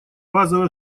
базовое